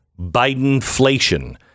Bidenflation